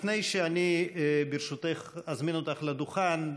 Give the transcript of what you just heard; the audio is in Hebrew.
לפני שאני אזמין אותך לדיון,